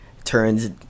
Turns